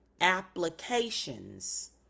applications